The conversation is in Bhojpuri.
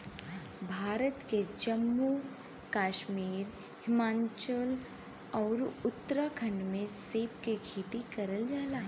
भारत के जम्मू कश्मीर, हिमाचल आउर उत्तराखंड में सेब के खेती करल जाला